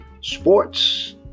sports